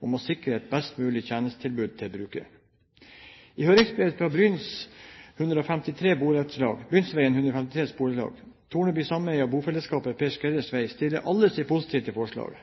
om å sikre et best mulig tjenestetilbud til brukerne.» I høringsbrev fra Brynsveien 153 Borettslag, Torneby Sameie og Bofellesskapet Per Skredders vei stiller alle seg positive til forslaget.